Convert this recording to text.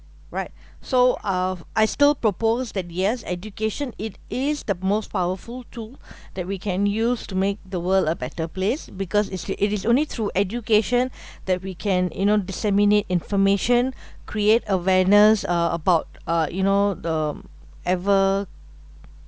right so uh I still propose that yes education it is the most powerful tool that we can use to make the world a better place because is it is only through education that we can you know disseminate information create awareness uh about uh you know the ever